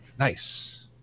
Nice